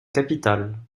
capitale